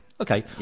okay